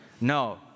No